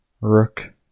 Rook